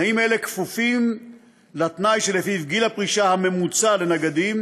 תנאים אלה כפופים לתנאי שלפיו גיל הפרישה הממוצע לנגדים